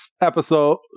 episode